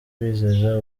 bizeza